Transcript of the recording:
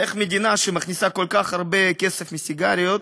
איך מדינה שמכניסה כל כך הרבה כסף מסיגריות,